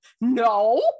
no